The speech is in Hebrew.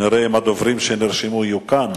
נראה אם הדוברים שנרשמו יהיו כאן,